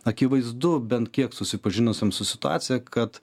akivaizdu bent kiek susipažinusiam su situacija kad